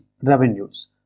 revenues